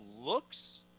looks